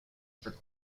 for